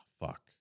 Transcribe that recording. fuck